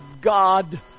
God